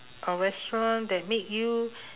a restaurant that make you